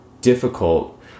difficult